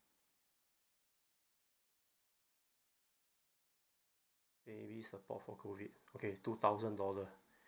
baby support for COVID okay two thousand dollar